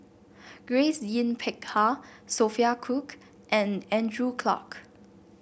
Grace Yin Peck Ha Sophia Cooke and Andrew Clarke